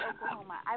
Oklahoma